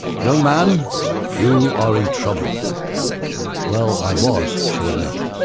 young man you are in trouble well i was sure enough.